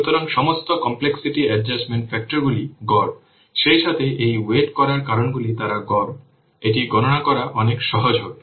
সুতরাং সমস্ত complexity adjustment ফ্যাক্টরগুলি গড় সেইসাথে এই ওয়েট করার কারণগুলি তারা গড় এটি গণনা করা অনেক সহজ হবে